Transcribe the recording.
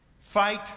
Fight